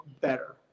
better